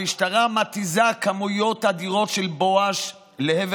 המשטרה מתיזה כמויות אדירות של בואש לעבר